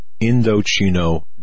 Indochino